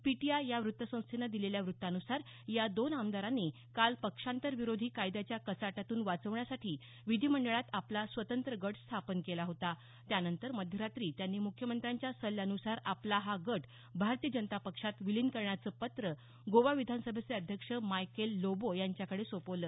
PTI या वृत्त संस्थेनं दिलेल्या वृत्तानुसार या दोन आमदारांनी काल पक्षांतर विरोधी कायद्याच्या कचाट्यातून वाचण्यासाठी विधीमंडळात आपला स्वतंत्र गट स्थापन केला होता त्यानंतर मध्यरात्री त्यांनी मुख्यमंत्र्यांच्या सल्ल्यानुसार आपला हा गट भारतीय जनता पक्षात विलिन करण्याचं पत्र गोवा विधानसभेचे अध्यक्ष मायकेल लोबो यांच्याकडे सोपवलं